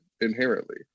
inherently